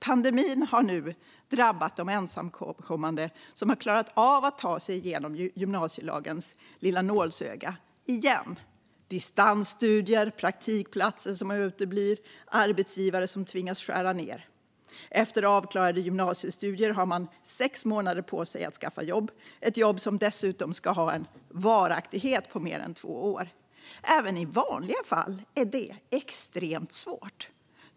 Pandemin har nu drabbat de ensamkommande som har klarat av att ta sig igenom gymnasielagens lilla nålsöga - återigen. Det är distansstudier, praktikplatser som uteblir och arbetsgivare som tvingats skära ned. Efter avklarade gymnasiestudier har man sex månader på sig att skaffa jobb, ett jobb som dessutom ska ha en "varaktighet" på mer än två år. Även i vanliga fall är det extremt svårt.